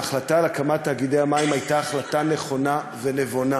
ההחלטה על הקמת תאגידי המים הייתה החלטה נכונה ונבונה.